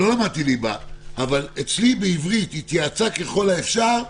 אבל אצלי בעברית: "התייעצה, ככל האפשר"